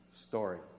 story